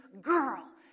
girl